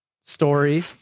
story